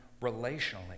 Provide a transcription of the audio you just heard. relationally